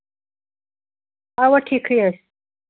اَوٕ ٹھیٖکھٕے ٲسۍ